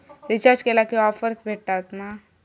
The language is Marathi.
रिचार्ज केला की ऑफर्स भेटात मा?